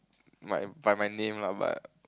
my by my name lah but